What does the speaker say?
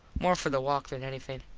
more for the walk than anything.